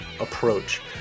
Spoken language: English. approach